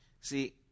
See